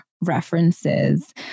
references